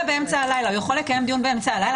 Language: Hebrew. הוא יכול לקיים דיון באמצע הלילה?